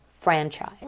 franchise